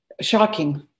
shocking